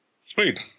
Sweet